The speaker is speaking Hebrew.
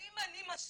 האם אני מסטולה?